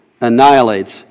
annihilates